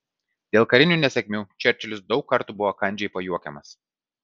dėl karinių nesėkmių čerčilis daug kartų buvo kandžiai pajuokiamas